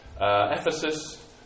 Ephesus